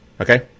Okay